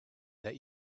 that